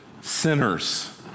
sinners